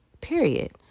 Period